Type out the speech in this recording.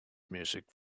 music